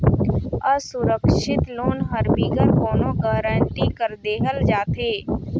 असुरक्छित लोन हर बिगर कोनो गरंटी कर देहल जाथे